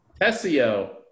Tessio